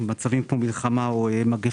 הוא לא חל במצבים כמו מלחמה או מגפה.